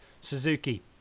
Suzuki